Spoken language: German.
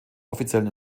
offiziellen